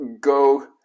go